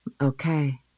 Okay